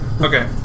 Okay